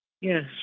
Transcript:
Yes